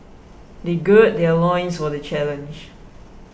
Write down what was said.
they gird their loins for the challenge